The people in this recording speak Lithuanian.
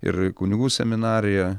ir kunigų seminarija